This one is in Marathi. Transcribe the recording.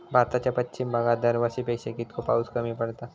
भारताच्या पश्चिम भागात दरवर्षी पेक्षा कीतको पाऊस कमी पडता?